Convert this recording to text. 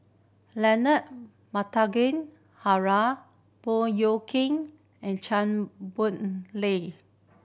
Leonard Montague Harrod Baey Yam Keng and Chua Boon Lay